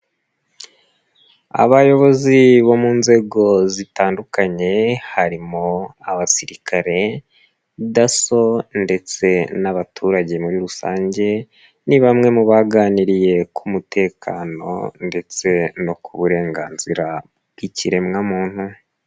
Abayobozi bo mu nzego zitandukanye harimo abasirikare, DASSO ndetse n'abaturage muri rusange ni bamwe mu baganiriye ku mutekano ndetse no ku burenganzira bw'ikiremwamuntu.